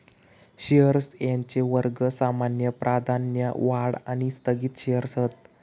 shares यांचे वर्ग सामान्य, प्राधान्य, वाढ आणि स्थगित शेअर्स हत